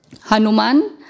Hanuman